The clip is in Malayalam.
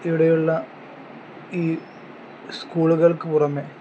ഇവിടെയുള്ള ഈ സ്കൂളുകൾക്ക് പുറമേ